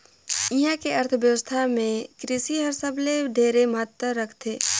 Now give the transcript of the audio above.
इहां के अर्थबेवस्था मे कृसि हर सबले ढेरे महत्ता रखथे